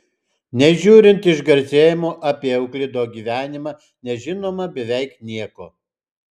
nežiūrint išgarsėjimo apie euklido gyvenimą nežinoma beveik nieko